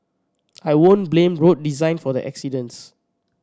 I wouldn't blame road design for the accidents